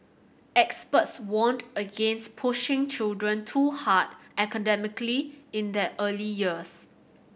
experts warned against pushing children too hard academically in their early years